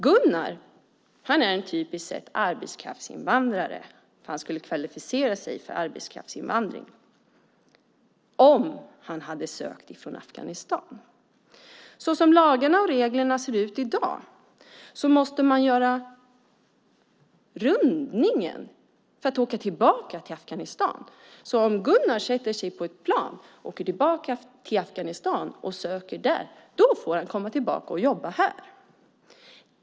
Gunnar är en typiskt sett arbetskraftsinvandrare eftersom han skulle kvalificera sig för arbetskraftsinvandring - om han hade sökt från Afghanistan. Såsom lagarna och reglerna ser ut i dag måste Gunnar göra rundningen och åka tillbaka till Afghanistan. Om Gunnar sätter sig på ett plan, åker tillbaka till Afghanistan och söker tillstånd därifrån får han komma tillbaka och jobba här.